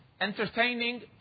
Entertaining